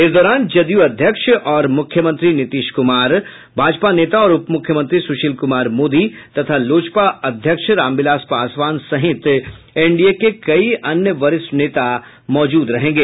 इस दौरान जदयू अध्यक्ष और आज मुख्यमंत्री नीतीश कुमार भाजपा नेता और उप मुख्यमंत्री सुशील कुमार मोदी तथा लोजपा अध्यक्ष रामविलास पासवान सहित एनडीए के कई अन्य वरिष्ठ नेता मौजूद रहेंगे